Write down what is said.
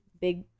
big